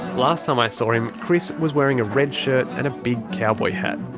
last time i saw him, chris was wearing a red shirt, and a big cowboy hat.